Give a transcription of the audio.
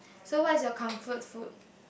so what is your comfort food